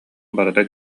барыта